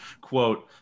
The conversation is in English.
Quote